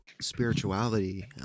spirituality